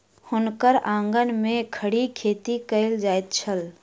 हुनकर आंगन में खड़ी खेती कएल जाइत छल